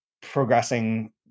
progressing